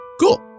Cool